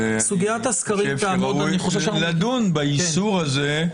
אני חושב שראוי לדון באיסור הזה.